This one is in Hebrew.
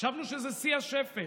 חשבנו שזה שיא השפל,